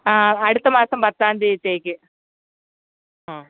ആ അടുത്ത മാസം പത്താം തീയതിയിലേക്ക് അ